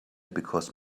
because